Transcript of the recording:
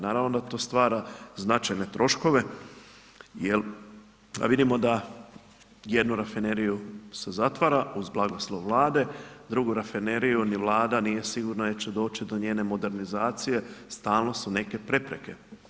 Naravno da to stvara značajne troškove, jer vidimo da jednu rafineriju se zatvara uz blagoslov Vlade, drugu rafineriju, ni vlada nije sigurno jel će doći do njene modernizacije, stalno su neke prepreke.